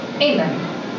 Amen